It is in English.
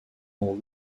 more